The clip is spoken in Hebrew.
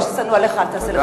מה ששנוא עליך אל תעשה לחברך.